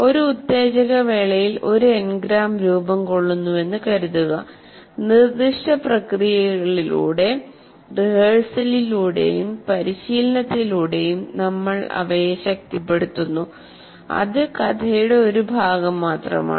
ഒരു ഉത്തേജക വേളയിൽ ഒരു എൻഗ്രാം രൂപം കൊള്ളുന്നുവെന്ന് കരുതുക നിർദ്ദിഷ്ട പ്രക്രിയകളിലൂടെ റിഹേഴ്സലിലൂടെയും പരിശീലനത്തിലൂടെയും നമ്മൾ അവയെ ശക്തിപ്പെടുത്തുന്നു അത് കഥയുടെ ഒരു ഭാഗം മാത്രമാണ്